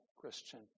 Christian